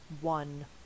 one